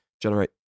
generate